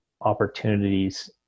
opportunities